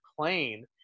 plane